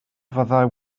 fyddai